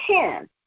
ten